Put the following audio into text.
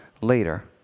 later